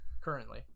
currently